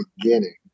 beginning